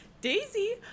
Daisy